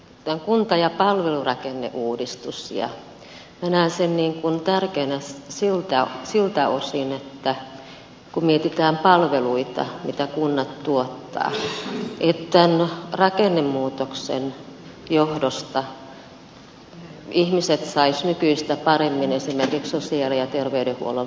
tämän kunta ja palvelurakenneuudistuksen minä näen tärkeänä siltä osin että kun mietitään palveluita mitä kunnat tuottavat tämän rakennemuutoksen johdosta ihmiset saisivat nykyistä paremmin esimerkiksi sosiaali ja terveydenhuollon palveluita